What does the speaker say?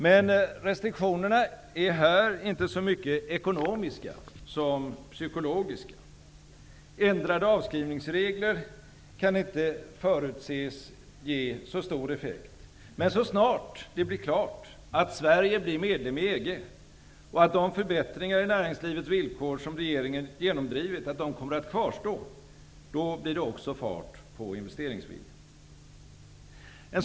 Men restriktionerna är här inte så mycket ekonomiska som psykologiska. Ändrade avskrivningsregler kan inte förutses ge så stor effekt. Så snart det blir klart att Sverige blir medlem i EG och att de förbättringar i näringslivets villkor som regeringen genomdrivit kommer att kvarstå, blir det också fart på investeringsviljan.